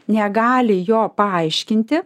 negali jo paaiškinti